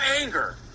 anger